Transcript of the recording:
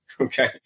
Okay